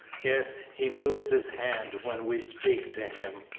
yes, he moves his hand when we speak to him,